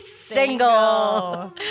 single